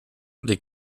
les